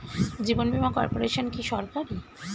জীবন বীমা কর্পোরেশন কি সরকারি?